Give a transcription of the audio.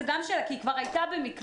זו גם שאלה, כי היא כבר הייתה במקלט.